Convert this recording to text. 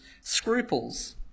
scruples